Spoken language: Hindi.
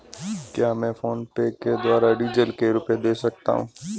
क्या मैं फोनपे के द्वारा डीज़ल के रुपए दे सकता हूं?